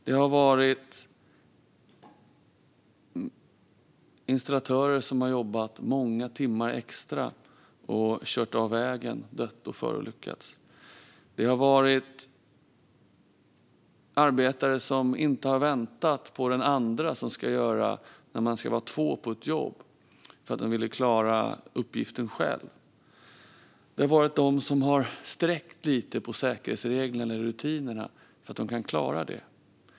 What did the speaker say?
Det har varit installatörer som har jobbat många timmar extra och förolyckats när de kört av vägen. Det har varit arbetare som inte har väntat på den andra på ett jobb där man ska vara två för att de ville klara uppgiften på egen hand. Det har varit de som har bänt lite på säkerhetsreglerna och rutinerna för att de tycker att de kan klara det.